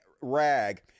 rag